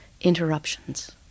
Interruptions